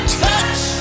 touch